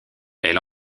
elle